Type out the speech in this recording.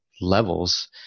levels